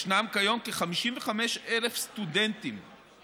יש כיום כ-55,000 סטודנטים מדי